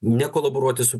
nekolaboruoti su